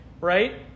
right